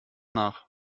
nach